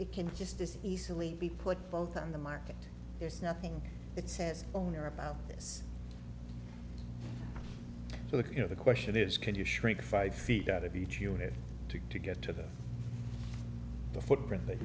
it can just as easily be put both on the market there's nothing that says owner about this look you know the question is can you shrink five feet out of each unit to get to that the footprint that